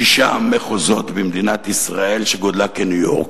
שישה מחוזות במדינת ישראל, שגודלה כניו-יורק.